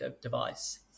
device